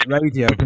radio